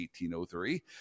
1803